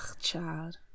Chad